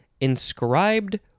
inscribed